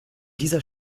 dieser